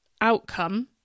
outcome